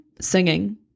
singing